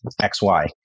XY